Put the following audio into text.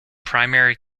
primary